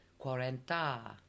Quarenta